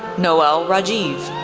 noelle rajiv,